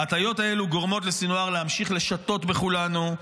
ההטעיות האלו גורמות לסנוואר להמשיך לשטות בכולנו,